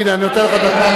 הנה, אני נותן לך דקה.